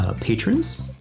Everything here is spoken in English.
Patrons